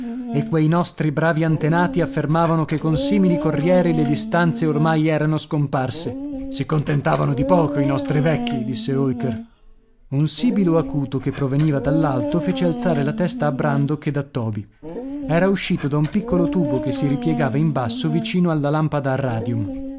e quei nostri bravi antenati affermavano che con simili corrieri le distanze ormai erano scomparse si contentavano di poco i nostri vecchi disse holker un sibilo acuto che proveniva dall'alto fece alzare la testa a brandok ed a toby era uscito da un piccolo tubo che si ripiegava in basso vicino alla lampada